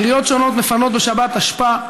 עיריות שונות מפנות בשבת אשפה,